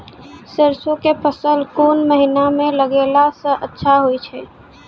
सरसों के फसल कोन महिना म लगैला सऽ अच्छा होय छै?